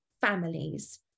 families